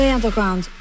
Underground